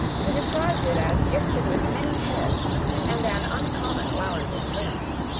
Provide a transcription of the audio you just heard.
he describes it as gifted with many heads and an uncommon allowance of limbs,